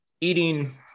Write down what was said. eating